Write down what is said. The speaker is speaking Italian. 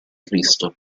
cristo